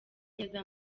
neza